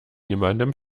niemandem